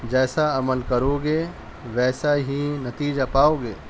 جیسا عمل کرو گے ویسا ہی نتیجہ پاؤ گے